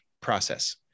process